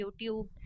YouTube